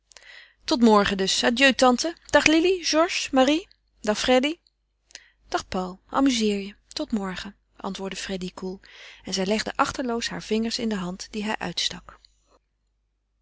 tot morgen dus adieu tante dag lili georges marie dag freddy dag paul amuzeer je tot morgen antwoordde freddy koel en zij legde achteloos hare vingers in de hand die hij uitstak